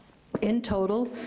in total,